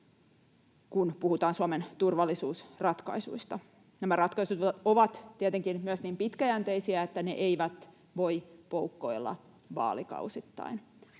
kun puhutaan Suomen turvallisuusratkaisuista. Nämä ratkaisut ovat tietenkin myös niin pitkäjänteisiä, että ne eivät voi poukkoilla vaalikausittain.